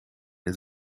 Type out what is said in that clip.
het